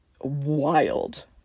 wild